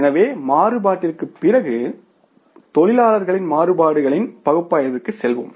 எனவே மாறுபாட்டிற்குப் பிறகு தொழிலாளர் மாறுபாடுகளின் பகுப்பாய்விற்கு செல்வோம்